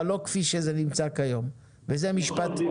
אבל לא כפי שזה קורה כיום וזה משפט.